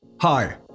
Hi